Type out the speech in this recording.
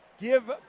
give